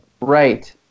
right